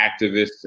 activists